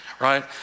right